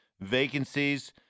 vacancies